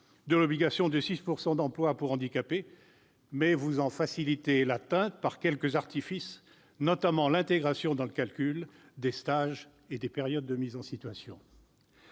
handicapées n'est pas modifiée, mais vous en facilitez l'atteinte par quelques artifices, notamment l'intégration dans le calcul des stages et des périodes de mise en situation.